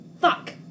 Fuck